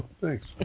Thanks